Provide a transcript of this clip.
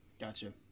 Gotcha